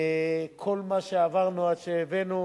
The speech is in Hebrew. כל מה שעברנו עד שהבאנו